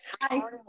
Hi